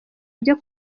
ibyo